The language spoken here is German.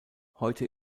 heute